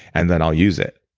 and then, i'll use it.